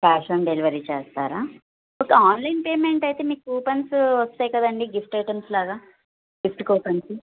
cash on delivery చేస్తారా అయితే online payment అయితే మీకు కూపన్సు వస్తాయి కదండి గిఫ్ట్ ఐటమ్స్ లాగా గిఫ్ట్ కూపన్సు